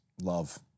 Love